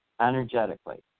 energetically